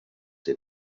they